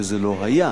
וזה לא היה.